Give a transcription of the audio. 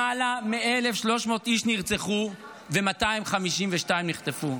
למעלה מ-1,300 איש נרצחו, ו-252 נחטפו.